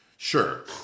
Sure